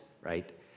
Right